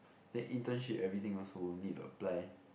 then internship everything also need to apply